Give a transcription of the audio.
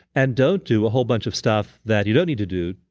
and don't do a whole bunch of stuff that you don't need to do,